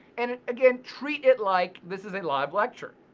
and again treat it like this is a live lecture.